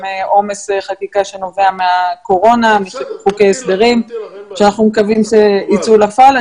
עומס חקיקה שנובע מהקורונה וחוק ההסדרים שאנחנו מקווים שיצאו לפועל.